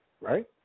right